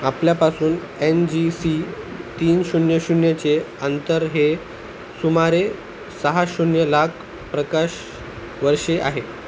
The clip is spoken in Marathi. आपल्यापासून एन जी सी तीन शून्य शून्यचे अंतर हे सुमारे सहा शून्य लाख प्रकाश वर्षे आहे